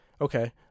okay